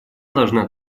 должна